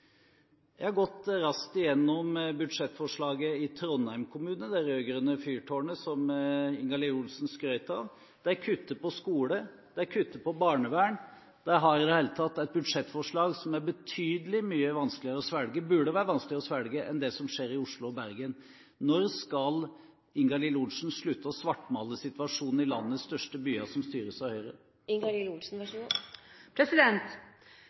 Jeg har gått raskt igjennom budsjettforslaget i Trondheim kommune, det rød-grønne fyrtårnet som Ingalill Olsen skrøt av. De kutter i skole. De kutter i barnevern. De har i det hele tatt et budsjettforslag som burde være vanskeligere å svelge enn det som skjer i Oslo og Bergen. Når skal Ingalill Olsen slutte å svartmale situasjonen i landets største byer, som styres av Høyre?